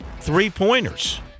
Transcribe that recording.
three-pointers